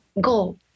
go